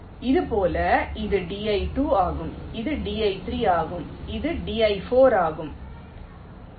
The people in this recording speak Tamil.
இதேபோல் இது di2 ஆகவும் இது di3 ஆகவும் இது di4 ஆகவும் இருக்கும்